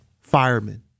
firemen